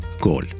goal